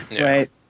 Right